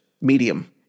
medium